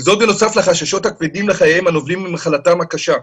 וזאת בנוסף לחששות הכבדים לחייהם הנובעים ממחלתם הקשה.